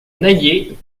naillet